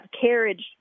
carriage